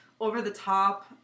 over-the-top